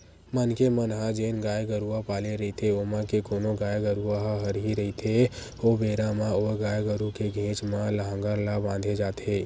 मनखे मन ह जेन गाय गरुवा पाले रहिथे ओमा के कोनो गाय गरुवा ह हरही रहिथे ओ बेरा म ओ गाय गरु के घेंच म लांहगर ला बांधे जाथे